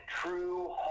true